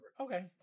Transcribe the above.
Okay